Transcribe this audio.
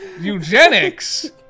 Eugenics